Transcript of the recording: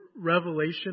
revelation